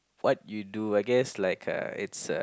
what you do I guess like a it's a